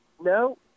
no